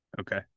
okay